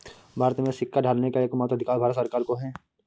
भारत में सिक्का ढालने का एकमात्र अधिकार भारत सरकार को है